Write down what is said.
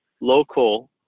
local